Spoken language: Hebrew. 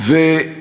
אני